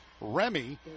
Remy